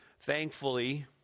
thankfully